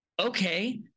Okay